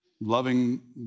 loving